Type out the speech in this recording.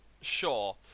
Sure